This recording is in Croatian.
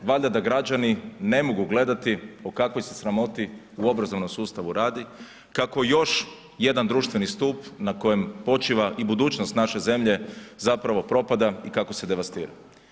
Valjda da građani ne mogu gledati o kakvoj se sramoti u obrazovnom sustavu radi, kako još jedan društveni stup na kojem počiva i budućnost naše zemlje zapravo propada i kako se devastira.